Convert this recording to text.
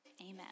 Amen